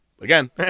Again